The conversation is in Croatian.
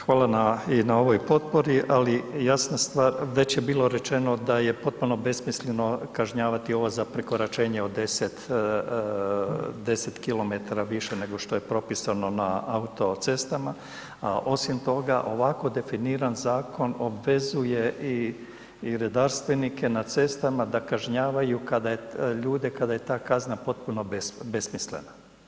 Hvala i na ovoj potpori ali jasna stvar, već je bilo rečeno da je potpuno besmisleno kažnjavati ovo za prekoračenje od 10 km više nego što je propisano na autocestama a osim toga ovako definiran zakon obvezuje i redarstvenike na cestama da kažnjavaju ljude kada je ta kazna potpuno besmislena.